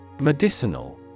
Medicinal